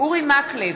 אורי מקלב,